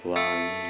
one